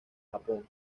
japón